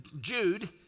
Jude